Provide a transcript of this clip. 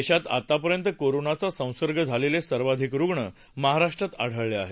देशात आतापर्यंत कोरोनाचा संसर्ग झालेले सर्वाधिक रुग्ण महाराष्ट्रात आढळले आहेत